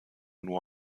nur